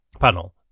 panel